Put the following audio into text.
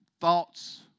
thoughts